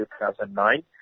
2009